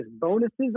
bonuses